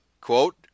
quote